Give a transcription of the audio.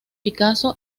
picasso